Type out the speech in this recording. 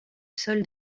sol